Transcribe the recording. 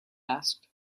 asked